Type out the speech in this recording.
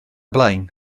blaen